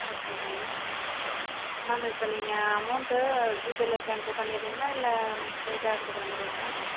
okay ma'am ma'am இப்போ நீங்கள் amount ஜிபேயில் ட்ராஸ்ன்ஃபர் பண்ணுறீங்களா இல்லை ஸ்ட்ரெயிட்டாக கொடுக்கற மாதிரியா மேம்